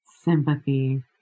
Sympathy